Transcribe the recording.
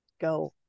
go